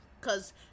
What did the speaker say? cause